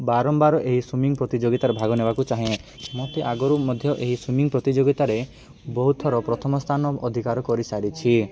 ବାରମ୍ବାର ଏହି ସୁଇମିଂ ପ୍ରତିଯୋଗିତାରେ ଭାଗ ନେବାକୁ ଚାହେଁ ମୋତେ ଆଗରୁ ମଧ୍ୟ ଏହି ସୁଇମିଂ ପ୍ରତିଯୋଗିତାରେ ବହୁତଥର ପ୍ରଥମ ସ୍ଥାନ ଅଧିକାର କରିସାରିଛି